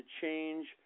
change